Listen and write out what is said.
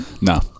no